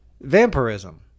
vampirism